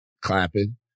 clapping